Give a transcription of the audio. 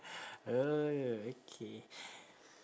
oh okay